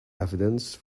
evidence